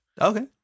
Okay